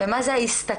למה זה ההסתכלות